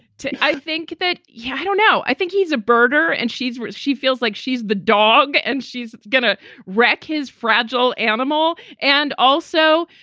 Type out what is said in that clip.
i think that. yeah. i don't know. i think he's a birder and she's. she feels like she's the dog and she's going to wreck his fragile animal. and also,